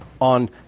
on